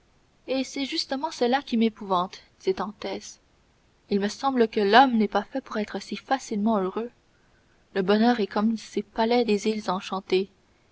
et c'est justement cela qui m'épouvante dit dantès il me semble que l'homme n'est pas fait pour être si facilement heureux le bonheur est comme ces palais des îles